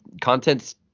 content's